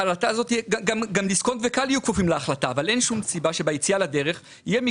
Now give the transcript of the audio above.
גם דיסקונט ו-כאל יהיו כפופים להחלטה אבל אין שום